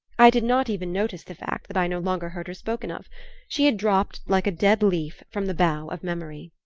i did not even notice the fact that i no longer heard her spoken of she had dropped like a dead leaf from the bough of memory.